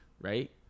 right